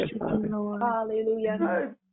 Hallelujah